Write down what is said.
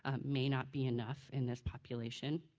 ah may not be enough in this population,